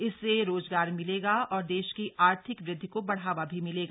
इससे रोजगार मिलेंगे और देश की आर्थिक वृद्धि को बढ़ावा भी मिलेगा